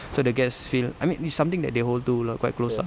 so the guests feel I mean it's something that they hold to lah quite close lah